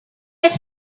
had